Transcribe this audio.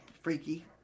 freaky